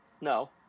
no